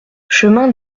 chemin